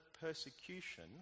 persecution